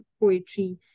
poetry